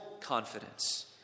confidence